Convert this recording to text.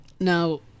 Now